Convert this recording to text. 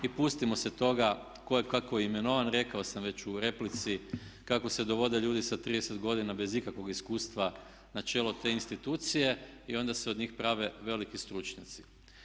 I pustimo se toga tko je kako imenovan, rekao sam već u replici kako se dovode ljudi sa 30 godina bez ikakvog iskustva na čelo te institucije i onda se od njih prave veliki stručnjaci.